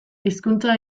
hizkuntza